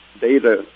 data